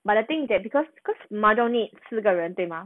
but the thing is that because because mahjong need 四个人对吗